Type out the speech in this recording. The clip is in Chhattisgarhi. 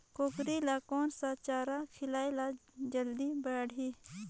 कूकरी ल कोन सा चारा खिलाय ल जल्दी बाड़ही?